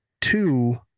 two